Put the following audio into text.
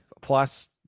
plus